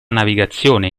navigazione